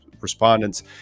respondents